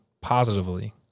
positively